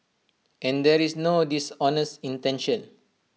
and there is no dishonest intention